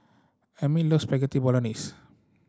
Amil loves Spaghetti Bolognese